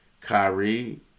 Kyrie